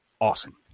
awesome